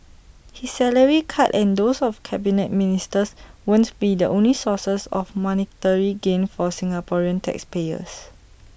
his salary cut and those of Cabinet Ministers won't be the only sources of monetary gain for Singaporean taxpayers